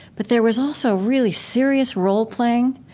but there was also really serious role-playing